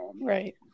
Right